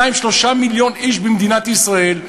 2 3 מיליוני איש במדינת ישראל,